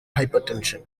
hypertension